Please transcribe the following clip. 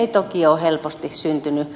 ei toki ole helposti syntynyt